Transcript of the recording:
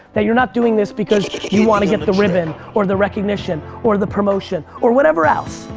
that you're not doing this because you want to get the ribbon or the recognition or the promotion or whatever else,